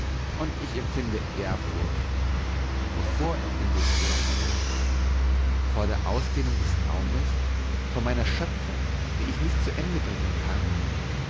und ich empfinde ehrfurcht wovor empfinde ich ehrfurcht vor der ausdehnung des raumes vor meiner schöpfung die ich nicht zu ende bringen kann